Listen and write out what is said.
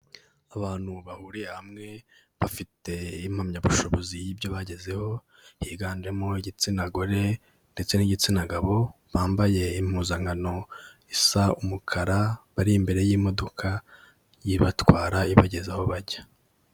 Abantu bahuriye hamwe bafite impamyabushobozi y'ibyo bagezeho, higanjemo igitsina gore ndetse n'igitsina gabo, bambaye impuzankano isa umukara, bari imbere y'imodoka ibatwara ibageza aho bajya.